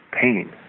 pain